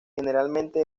generalmente